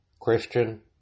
Christian